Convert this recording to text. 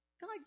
God